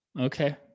Okay